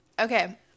okay